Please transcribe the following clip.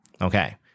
Okay